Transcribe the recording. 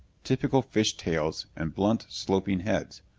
typical fish tails and blunt, sloping heads.